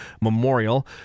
Memorial